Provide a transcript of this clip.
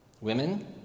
Women